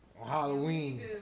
Halloween